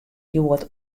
hjoed